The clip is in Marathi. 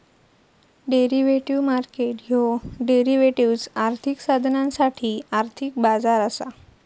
डेरिव्हेटिव्ह मार्केट ह्यो डेरिव्हेटिव्ह्ज, आर्थिक साधनांसाठी आर्थिक बाजार असा